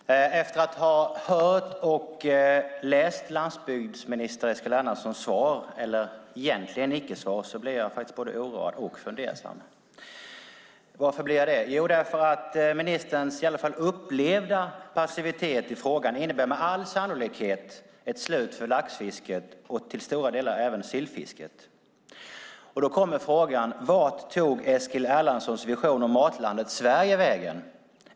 Fru talman! Efter att ha hört och läst landsbygdsminister Eskil Erlandssons svar, eller egentligen icke-svar, blir jag både oroad och fundersam. Varför blir jag det? Jo, det blir jag därför att ministerns i alla fall upplevda passivitet i frågan med all sannolikhet innebär ett slut för laxfisket och till stora delar även sillfisket. Då är min fråga: Vart tog Eskil Erlandssons vision om Matlandet Sverige vägen?